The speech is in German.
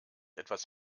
etwas